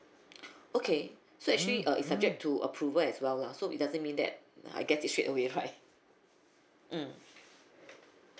okay so actually uh it's subject to approval as well lah so it doesn't mean that I get it straightaway right mm